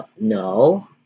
No